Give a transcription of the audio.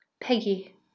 Peggy